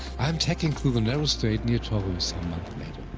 i am tacking through the narrow strait near torro some month later.